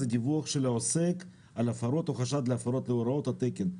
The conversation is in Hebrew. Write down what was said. זה דיווח של העוסק על הפרות או חשד להפרות להוראות התקן.